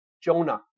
Jonah